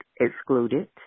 excluded